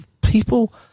people